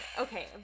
Okay